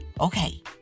Okay